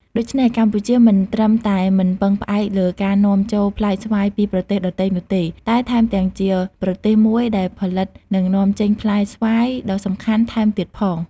ដូច្នេះ កម្ពុជាមិនត្រឹមតែមិនពឹងផ្អែកលើការនាំចូលផ្លែស្វាយពីប្រទេសដទៃនោះទេ តែថែមទាំងជាប្រទេសមួយដែលផលិត និងនាំចេញផ្លែស្វាយដ៏សំខាន់ថែមទៀតផង។